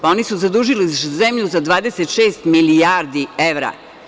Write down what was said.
Oni su zadužili zemlju za 26 milijardi evra.